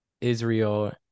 Israel